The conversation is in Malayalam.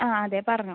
ആ അതെ പറഞ്ഞോ